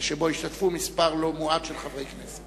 ובו השתתפו מספר לא מועט של חברי כנסת.